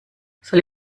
soll